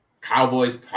Cowboys